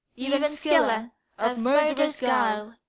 even scylla of murderous guile,